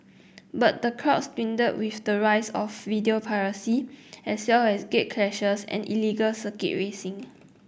but the crowds dwindled with the rise of video piracy as well as gatecrashers and illegal circuit racing